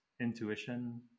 intuition